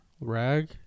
Rag